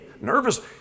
nervous